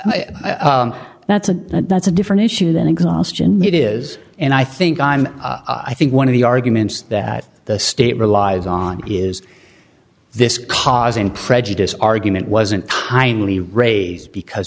to that's a that's a different issue than exhaustion it is and i think i'm i think one of the arguments that the state relies on is this causing prejudice argument wasn't kindly raised because